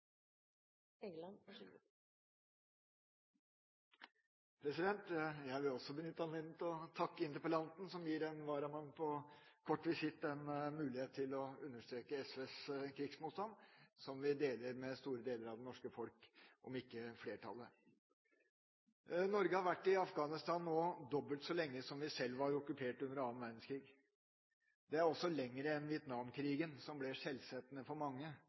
Jeg vil også benytte anledningen til å takke interpellanten, som gir en varamann på kort visitt en mulighet til å understreke SVs krigsmotstand, som vi deler med store deler av det norske folk, om ikke flertallet. Norge har nå vært i Afghanistan dobbelt så lenge som vi sjøl var okkupert under den andre verdenskrigen. Det er også lenger enn Vietnam-krigen varte, som ble skjellsettende for mange,